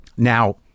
Now